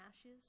ashes